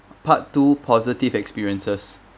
part two positive experiences